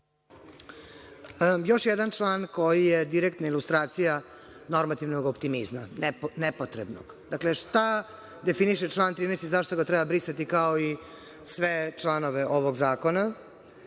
Još jedan član koji je direktna ilustracija normativnog optimizma, nepotrebnog. Dakle, šta definiše član 13. i zašto ga treba brisati kao i sve članove ovog zakona?